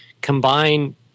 combine